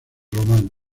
romano